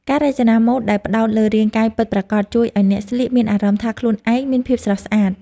ការរចនាម៉ូដដែលផ្តោតលើរាងកាយពិតប្រាកដ ជួយឱ្យអ្នកស្លៀកមានអារម្មណ៍ថាខ្លួនឯងមានភាពស្រស់ស្អាត។